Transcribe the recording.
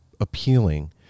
appealing